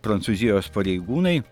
prancūzijos pareigūnai